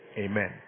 amen